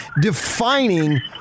defining